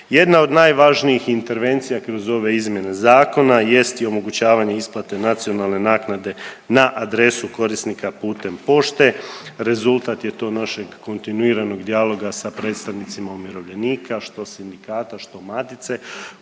Jedna od najvažnijih intervencija kroz ove izmjene zakona jest i omogućavanje isplate nacionalne naknade na adresu korisnika putem pošte. Rezultat je to našeg kontinuiranog dijaloga sa predstavnicima umirovljenika, što sindikata, što matice